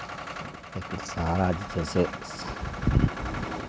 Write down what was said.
एक सहारा जे छै से